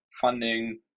funding